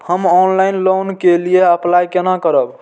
हम online loan के लिए अप्लाई केना करब?